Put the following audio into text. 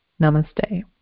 Namaste